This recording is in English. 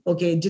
Okay